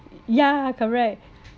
ya correct